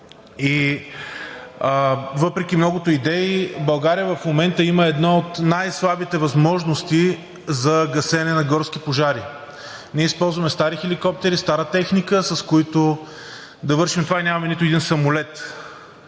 и въпреки многото идеи България в момента има едно от най-слабите възможности за гасене на горски пожари. Ние използваме стари хеликоптери, стара техника, с които да вършим това. Нямаме нито един самолет,